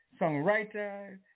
songwriter